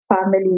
family